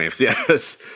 yes